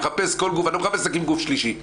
אני לא מחפש להקים גוף שלישי.